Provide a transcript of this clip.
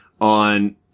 on